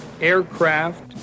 aircraft